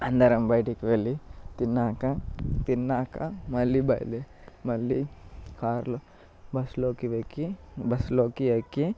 అందరం బయటకి వెళ్ళి తిన్నాక తిన్నాక మళ్ళీ మళ్ళీ కార్లో బస్సులోకి ఎక్కి బస్సులోకి ఎక్కి